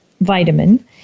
vitamin